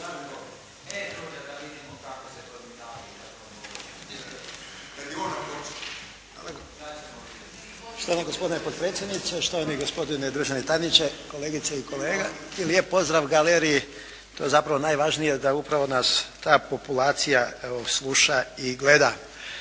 Štovana gospođo potpredsjednice, štovani gospodine državni tajniče, kolegice i kolege! I lijep pozdrav galeriji. To je zapravo najvažnije da upravo nas ta populacija sluša i gleda.